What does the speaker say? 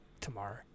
tomorrow